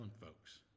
folks